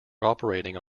operating